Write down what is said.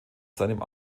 seinem